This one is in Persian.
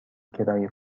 کرایه